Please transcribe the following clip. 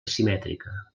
simètrica